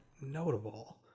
notable